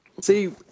See